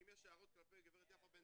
אם יש הערות כלפי גב' יפה בן דוד,